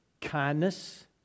kindness